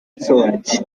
nshonje